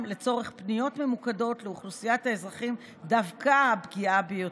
לצורך פניות ממוקדות דווקא לאוכלוסיית האזרחים הפגיעה ביותר.